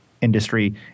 industry